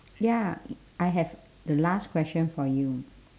ya I have the last question for you